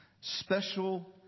Special